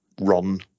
run